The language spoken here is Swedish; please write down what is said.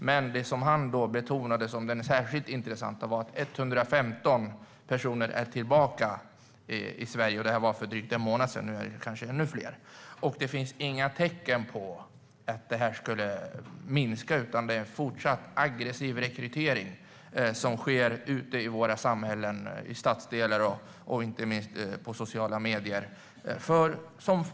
Men det som han betonade som det särskilt intressanta var att 115 personer är tillbaka i Sverige - detta var för drygt en månad sedan, och nu är det kanske ännu fler - och att det inte finns några tecken på att detta skulle minska, utan det är fortsatt en aggressiv rekrytering som sker ute i våra samhällen, i stadsdelar och inte minst på sociala medier.